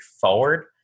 forward